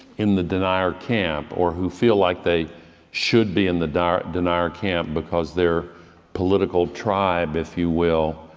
in the denier camp or who feel like they should be in the denier denier camp because their political tribe, if you will,